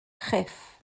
chyff